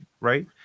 right